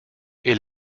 est